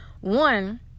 one